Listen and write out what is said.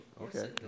okay